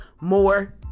more